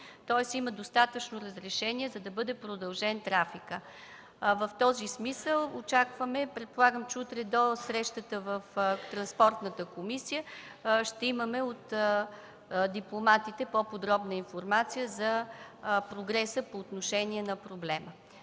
тоест, има достатъчно разрешения, за да бъде продължен трафикът. В този смисъл очакваме, предполагам, че утре до срещата в Транспортната комисия, ще имаме от дипломатите по-подробна информация за прогреса по отношение на проблема.